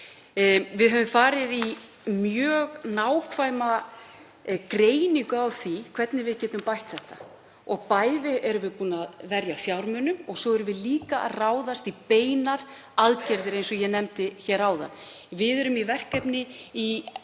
Við höfum farið í mjög nákvæma greiningu á því hvernig við getum bætt stöðuna. Bæði erum við búin að verja fjármunum og svo erum við líka að ráðast í beinar aðgerðir, eins og ég nefndi áðan.